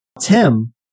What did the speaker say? Tim